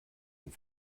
den